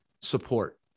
support